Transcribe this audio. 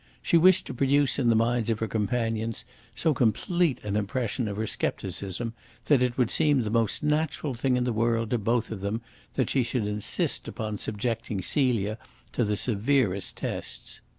she wished to produce in the minds of her companions so complete an impression of her scepticism that it would seem the most natural thing in the world to both of them that she should insist upon subjecting celia to the severest tests.